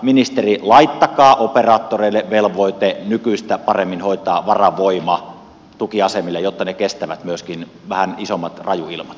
ministeri laittakaa operaattoreille velvoite hoitaa varavoima tukiasemille nykyistä paremmin jotta ne kestävät myöskin vähän isommat rajuilmat